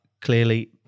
clearly